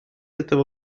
этого